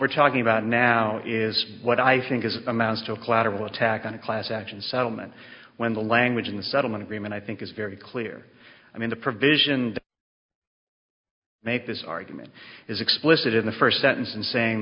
we're talking about now is what i think is amounts to a collateral attack on a class action settlement when the language in the settlement agreement i think is very clear i mean the provision that make this argument is explicit in the first sentence and saying